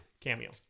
Cameo